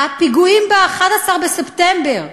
הפיגועים ב-11 בספטמבר,